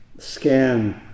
Scan